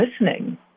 listening